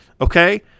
okay